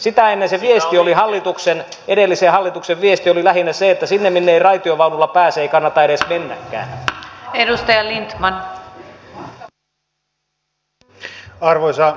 sitä ennen se edellisen hallituksen viesti oli lähinnä se että minne ei raitiovaunulla pääse ei kannata edes mennäkään